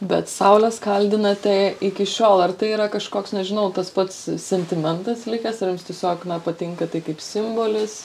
bet saules kaldinate iki šiol ar tai yra kažkoks nežinau tas pats sentimentas likęs ar jums tiesiog na patinka tai kaip simbolis